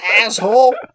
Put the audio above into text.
asshole